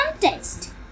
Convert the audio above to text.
contest